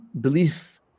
belief